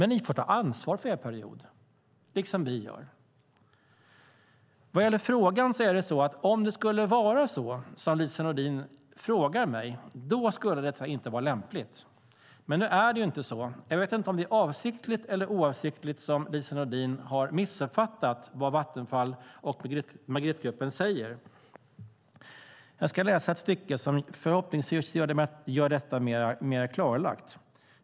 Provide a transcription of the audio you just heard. Ni får ta ansvar för er period, liksom vi gör för vår. Åter till frågan. Vore det så som Lise Nordin frågar mig skulle det inte vara lämpligt. Men så är det inte. Jag vet inte om det är avsiktligt eller oavsiktligt som Lise Nordin har missuppfattat vad Vattenfall och Magrittegruppen säger. Jag ska läsa ett stycke som förhoppningsvis gör det mer klarlagt.